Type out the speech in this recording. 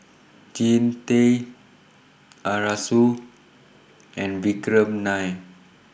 Jean Tay Arasu and Vikram Nair